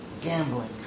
gambling